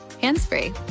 hands-free